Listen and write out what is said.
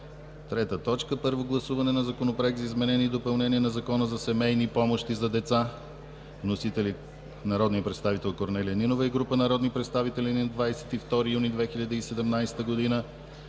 2017 г. 3. Първо гласуване на Законопроект за изменение и допълнение на Закона за семейни помощи за деца. Вносители са народният представител Корнелия Нинова и група народни представители на 22 юни 2017 г.